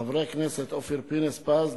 חברי הכנסת אופיר פינס-פז,